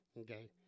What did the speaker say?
Okay